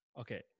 okay